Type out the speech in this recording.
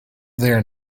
there